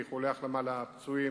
ואיחולי החלמה לפצועים.